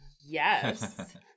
Yes